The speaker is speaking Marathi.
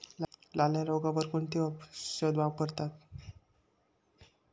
लाल्या रोगावर कोणते औषध वापरतात?